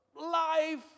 life